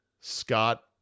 Scott